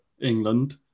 England